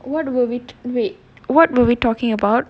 what will will we t~ wait what were we talking about